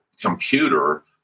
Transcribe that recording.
computer